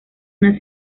una